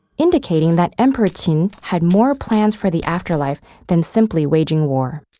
indicating that emperor qin had more plans for the afterlife than simply waging war.